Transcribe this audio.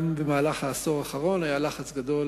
גם במהלך העשור האחרון היה לחץ גדול